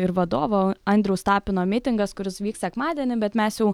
ir vadovo andriaus tapino mitingas kuris vyks sekmadienį bet mes jau